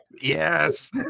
Yes